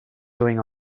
doing